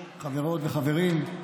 חברות וחברים,